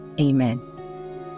Amen